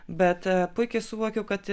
bet puikiai suvokiu kad